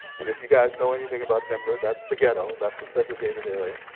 and if you guys know anything about denver, that's the ghetto. that's a segregated area,